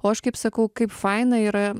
o aš kaip sakau kaip faina yra